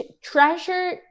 treasure